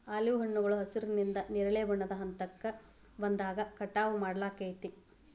olive ಹಣ್ಣುಗಳು ಹಸಿರಿನಿಂದ ನೇರಳೆ ಬಣ್ಣದ ಹಂತಕ್ಕ ಬಂದಾಗ ಕಟಾವ್ ಮಾಡ್ಲಾಗ್ತೇತಿ